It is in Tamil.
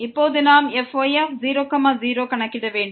இப்போது நாம் fy0 0 கணக்கிட வேண்டும்